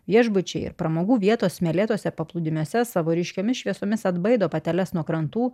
viešbučiai ir pramogų vietos smėlėtuose paplūdimiuose savo ryškiomis šviesomis atbaido pateles nuo krantų